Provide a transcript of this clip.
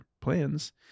plans